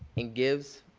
and gives,